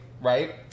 right